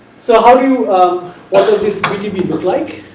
so, how you what is this btb but like